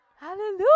Hallelujah